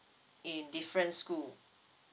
in different school